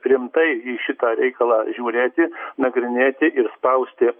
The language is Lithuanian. rimtai į šitą reikalą žiūrėti nagrinėti ir spausti